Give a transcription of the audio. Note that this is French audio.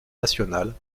nationale